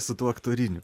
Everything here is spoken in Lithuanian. su tuo aktoriniu